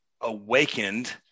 awakened